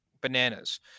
bananas